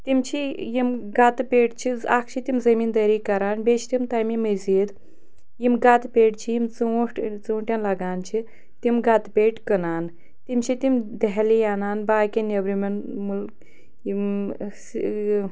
تِم چھِ یِم گَتہٕ پیٹہِ چھِ اَکھ چھِ تِم زمیٖندٲری کَران بیٚیہِ چھِ تِم تَمہِ مٔزیٖد یِم گَتہٕ پیٹہِ چھِ یِم ژوٗنٛٹھ ژوٗنٛٹٮ۪ن لَگان چھِ تِم گَتہِ پیٹہِ کٕنان تِم چھِ تِم دہلی اَنان باقیَن نیٚبرِمَن مٕل یِم